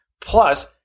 Plus